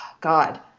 God